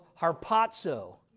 harpazo